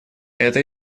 это